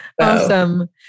Awesome